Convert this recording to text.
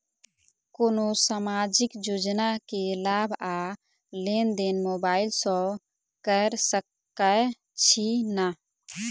कोनो सामाजिक योजना केँ लाभ आ लेनदेन मोबाइल सँ कैर सकै छिःना?